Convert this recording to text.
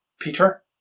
Peter